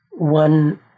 one